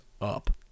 up